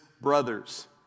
brothers